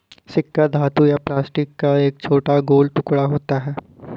सिक्का धातु या प्लास्टिक का एक छोटा गोल टुकड़ा होता है